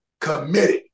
committed